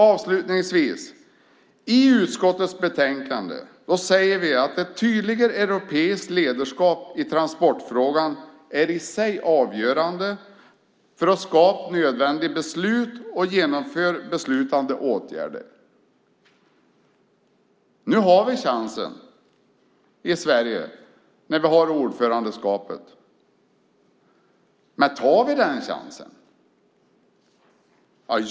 Avslutningsvis säger vi i utskottets utlåtande att ett tydligare europeiskt ledarskap i transportfrågan är avgörande i sig för att skapa nödvändiga beslut och genomföra beslutade åtgärder. Nu har vi chansen i Sverige, när vi har ordförandeskapet. Men tar vi den chansen?